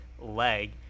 leg